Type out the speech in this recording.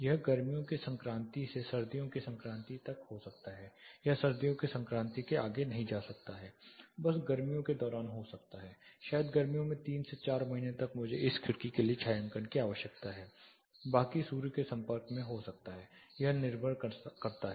यह गर्मियों के संक्रांति से सर्दियों के संक्रांति में एक हो सकता है या सर्दियों के संक्रांति के लिए आगे नहीं जा सकता है बस गर्मियों के दौरान हो सकता है शायद गर्मियों में 3 से 4 महीने तक मुझे इस खिड़की के लिए छायांकन की आवश्यकता है बाकी सूरज के संपर्क में हो सकता है यह निर्भर करता है